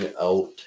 out